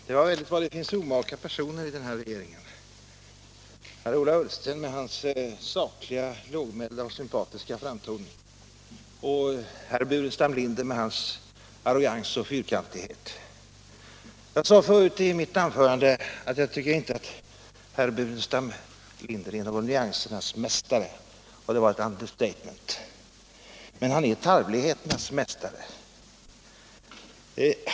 Herr talman! Det var väldigt så omaka personer det finns i regeringen — herr Ullsten med hans sakliga, lågmälda och sympatiska framtoning och herr Burenstam Linder med hans arrogans och fyrkantighet. Jag sade förut att jag tycker inte herr Burenstam Linder är någon nyansernas mästare, och det var ett understatement. Men han är tarvlighetens mästare.